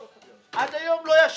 עזוב, אני לא רוצה להיכנס לזה.